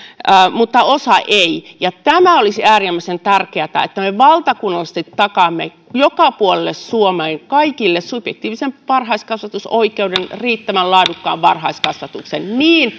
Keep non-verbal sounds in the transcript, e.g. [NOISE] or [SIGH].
mutta osa ei ja tämä olisi äärimmäisen tärkeätä että me valtakunnallisesti takaamme joka puolelle suomea kaikille subjektiivisen varhaiskasvatusoikeuden riittävän laadukkaan varhaiskasvatuksen niin [UNINTELLIGIBLE]